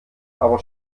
aber